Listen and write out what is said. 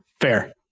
Fair